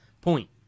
point